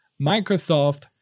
Microsoft